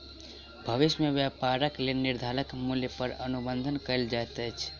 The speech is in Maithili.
भविष्य में व्यापारक लेल निर्धारित मूल्य पर अनुबंध कएल जाइत अछि